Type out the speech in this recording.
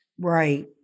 Right